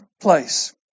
place